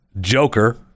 Joker